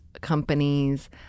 companies